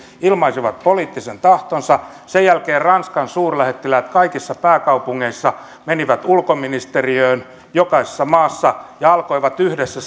ilmaisivat poliittisen tahtonsa sen jälkeen ranskan suurlähettiläät kaikissa pääkaupungeissa menivät ulkoministeriöön jokaisessa maassa ja alkoivat yhdessä